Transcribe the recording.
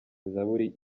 zaburi